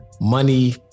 Money